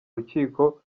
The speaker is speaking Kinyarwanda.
rukiko